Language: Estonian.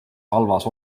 halvas